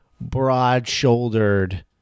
broad-shouldered